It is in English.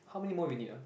how many more we need ah